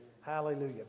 Hallelujah